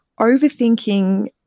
overthinking